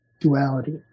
duality